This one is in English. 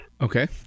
Okay